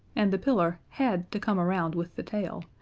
and the pillar had to come around with the tail,